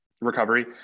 recovery